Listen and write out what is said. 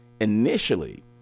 initially